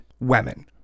women